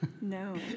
No